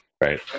Right